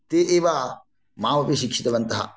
ते एव मामपि शिक्षितवन्तः